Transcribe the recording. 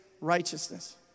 righteousness